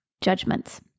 judgments